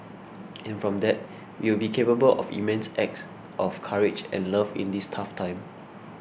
and from that we will be capable of immense acts of courage and love in this tough time